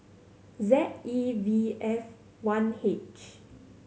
Z E V F one H